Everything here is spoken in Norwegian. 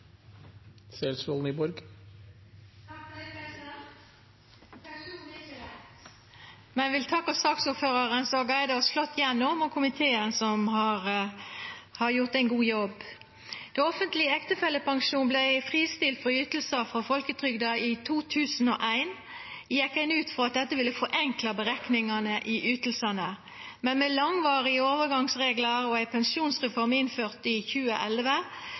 men eg vil takka saksordføraren som har guida oss flott gjennom, og komiteen som har gjort ein god jobb. Då den offentlege ektefellepensjonen vart fristilt frå ytingar frå folketrygda i 2001, gjekk ein ut frå at dette ville forenkla berekningane i ytingane, men med langvarige overgangsreglar og ei pensjonsreform innført i 2011